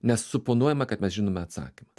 nes suponuojama kad mes žinome atsakymą